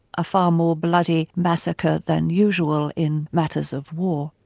a far more bloody massacre than usual in matters of war.